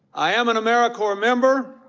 i am an americorps member